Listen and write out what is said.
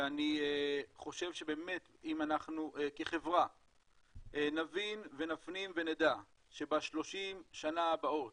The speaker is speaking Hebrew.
ואני חושב שבאמת אם אנחנו כחברה נבין ונפנים ונדע שב-30 השנים הבאות